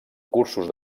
cursos